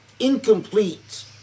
incomplete